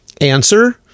answer